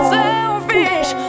selfish